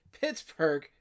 Pittsburgh